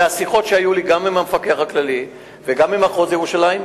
מהשיחות שהיו לי גם עם המפקח הכללי וגם עם מחוז ירושלים,